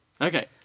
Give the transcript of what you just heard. Okay